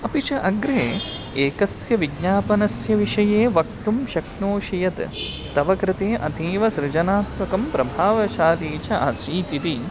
अपि च अग्रे एकस्य विज्ञापनस्य विषये वक्तुं शक्नोषि यत् तवकृते अतीवसृजनात्मकं प्रभावशाली च आसीत् इति